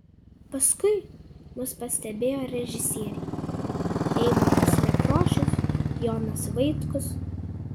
paskui mus pastebėjo režisieriai eimuntas nekrošius jonas vaitkus